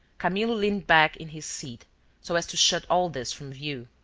camillo leaned back in his seat so as to shut all this from view.